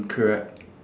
correct